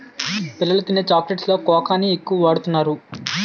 పిల్లలు తినే చాక్లెట్స్ లో కోకాని ఎక్కువ వాడుతున్నారు